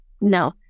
no